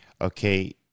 okay